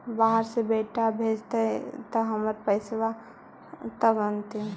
बाहर से बेटा भेजतय त हमर पैसाबा त अंतिम?